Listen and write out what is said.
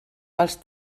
els